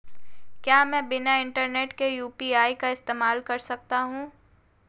क्या मैं बिना इंटरनेट के यू.पी.आई का इस्तेमाल कर सकता हूं?